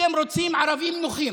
אתם רוצים ערבים נוחים.